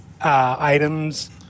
items